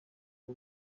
uwo